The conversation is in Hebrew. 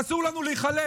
אסור לנו להיחלש.